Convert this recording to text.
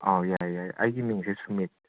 ꯑꯧ ꯌꯥꯏꯌꯦ ꯌꯥꯏꯌꯦ ꯑꯩꯒꯤ ꯃꯤꯡꯁꯦ ꯁꯨꯃꯤꯠ